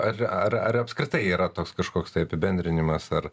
ar ar ar apskritai yra toks kažkoks tai apibendrinimas ar